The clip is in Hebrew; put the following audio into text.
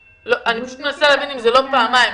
אני פשוט מנסה להבין אם זה לא פעמיים,